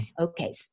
Okay